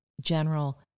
general